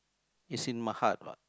it's in my heart lah